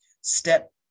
step